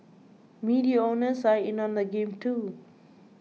media owners are in on the game too